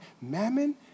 Mammon